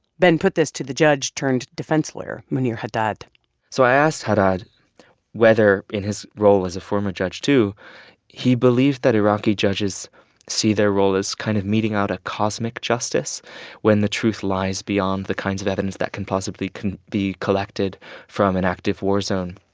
ben put this to the judge-turned-defense-lawyer munir haddad so i asked haddad whether in his role as a former judge too he believes that iraqi judges see their role as kind of meting out a cosmic justice when the truth lies beyond the kinds of evidence that can possibly can be collected from an active war zone.